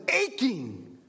aching